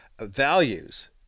values